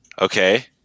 Okay